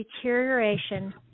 deterioration